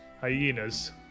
hyenas